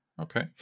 Okay